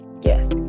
yes